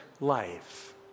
life